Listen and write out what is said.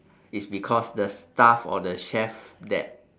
it's because the staff or the chef that